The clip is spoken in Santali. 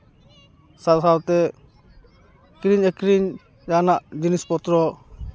ᱥᱟᱶ ᱟᱶᱛᱮ ᱠᱤᱨᱤᱧ ᱟᱠᱷᱨᱤᱧ ᱡᱟᱦᱟᱱᱟᱜ ᱡᱤᱱᱤᱥ ᱯᱚᱛᱨᱚ